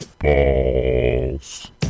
balls